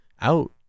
out